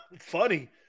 Funny